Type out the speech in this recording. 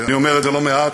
אני אומר את זה לא מעט,